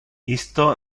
isto